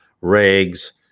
rags